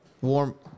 warm